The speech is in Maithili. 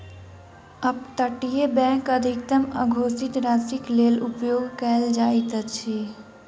अप तटीय बैंक अधिकतम अघोषित राशिक लेल उपयोग कयल जाइत अछि